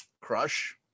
crush